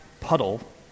puddle